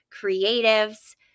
creatives